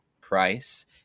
price